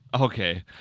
Okay